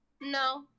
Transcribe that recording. No